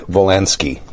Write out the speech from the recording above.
Volansky